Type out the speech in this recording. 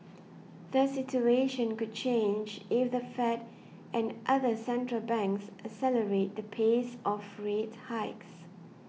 the situation could change if the Fed and other central banks accelerate the pace of rate hikes